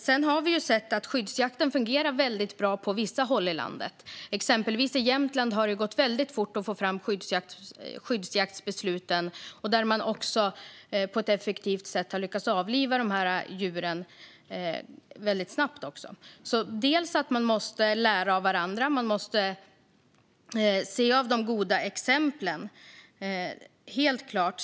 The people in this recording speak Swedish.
Vi har sett att skyddsjakten fungerar bra på vissa håll i landet, exempelvis i Jämtland, där det har gått väldigt fort att få fram skyddsjaktsbeslut och där de också på ett effektivt sätt har lyckats avliva djuren snabbt. Man måste lära av varandra och se de goda exemplen.